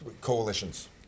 coalitions